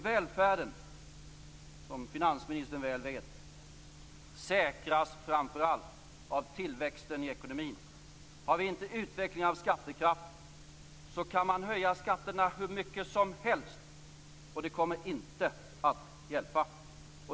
Välfärden säkras, som finansministern väl vet, framför allt av tillväxten i ekonomin. Har vi inte en utveckling av skattekraft kan man höja skatterna hur mycket som helst, men det kommer inte att hjälpa.